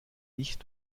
nicht